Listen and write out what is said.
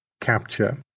capture